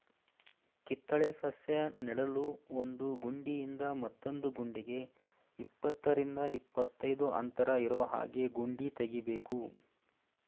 ಕಿತ್ತಳೆ ಸಸ್ಯ ನೆಡಲು ಒಂದು ಗುಂಡಿಯಿಂದ ಮತ್ತೊಂದು ಗುಂಡಿಗೆ ಇಪ್ಪತ್ತರಿಂದ ಇಪ್ಪತ್ತೈದು ಅಂತರ ಇರೋಹಾಗೆ ಗುಂಡಿ ತೆಗಿಬೇಕು